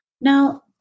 Now